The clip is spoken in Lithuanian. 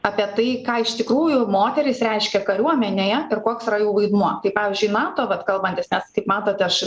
apie tai ką iš tikrųjų moterys reiškia kariuomenėje ir koks yra jų vaidmuo tai pavyzdžiui nato vat kalbantis nes kaip matote aš